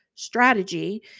strategy